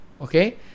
Okay